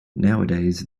nowadays